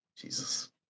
Jesus